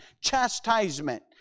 chastisement